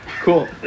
Cool